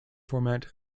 format